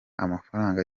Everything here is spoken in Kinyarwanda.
amafaranga